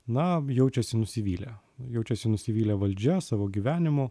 na jaučiasi nusivylę jaučiasi nusivylę valdžia savo gyvenimu